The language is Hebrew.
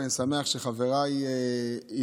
ואני שמח שגם חבריי הצטרפו,